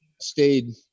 stayed